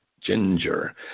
Ginger